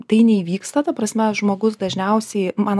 tai neįvyksta ta prasme žmogus dažniausiai man